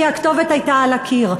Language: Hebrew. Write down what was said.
כי הכתובת הייתה על הקיר.